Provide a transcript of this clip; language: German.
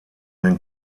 den